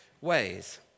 ways